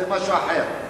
זה משהו אחר,